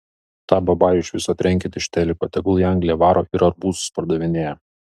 tą babajų iš viso trenkit iš teliko tegul į angliją varo ir arbūzus pardavinėja